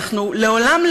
אנחנו לעולם,